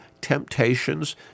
temptations